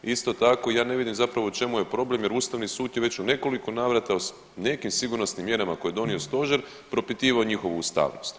Isto tako ja ne vidim zapravo u čemu je problem jer ustavni sud je već u nekoliko navrata o nekim sigurnosnim mjerama koje je donio stožer propitivao njihovu ustavnost.